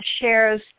shares